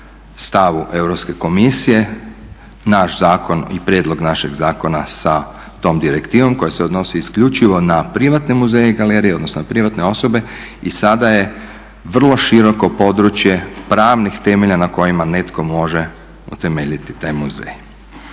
stavu Europske komisije naš zakon i prijedlog našeg zakona sa tom direktivom koja se odnosi isključivo na privatne muzeje i galerije, odnosno privatne osobe i sada je vrlo široko područje pravnih temelja na kojima netko može utemeljiti taj muzej.